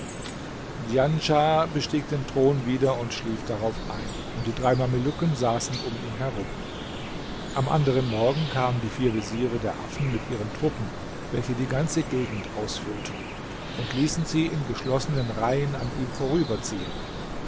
bestieg den thron wieder und schlief darauf ein und die drei mamelucken saßen um ihn herum am anderen morgen kamen die vier veziere der affen mit ihren truppen welche die ganze gegend ausfüllten und ließen sie in geschlossenen reihen an ihm